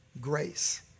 grace